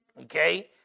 okay